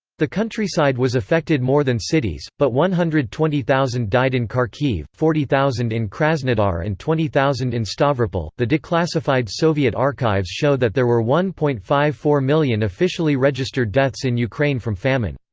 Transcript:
the countryside was affected more than cities, but one hundred and twenty thousand died in kharkiv, forty thousand in krasnodar and twenty thousand in stavropol the declassified soviet archives show that there were one point five four million officially registered deaths in ukraine from famine.